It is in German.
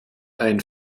ein